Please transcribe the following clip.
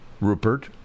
Rupert